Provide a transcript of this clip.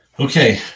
Okay